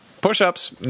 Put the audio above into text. push-ups